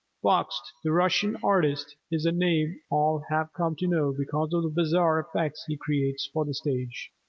bakst, the russian artist, is a name all have come to know because of the bizarre effects he creates for the stage.